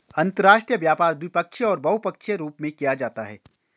अंतर्राष्ट्रीय व्यापार द्विपक्षीय और बहुपक्षीय रूप में किया जाता है